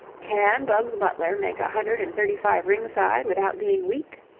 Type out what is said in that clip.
can bugs butler make a hundred and thirty-five ringside without being weak?